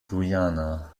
guyana